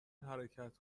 حرکت